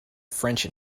french